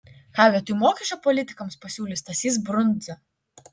ką vietoj mokesčio politikams pasiūlys stasys brundza